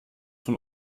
von